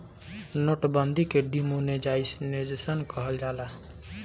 note बंदी के demonetisation कहल जाला